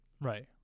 right